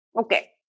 Okay